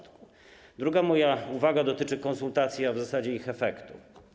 Druga moja uwaga dotyczy konsultacji, a w zasadzie ich efektu.